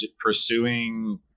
pursuing